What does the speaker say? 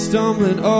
Stumbling